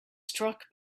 struck